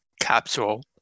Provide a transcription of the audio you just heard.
capsule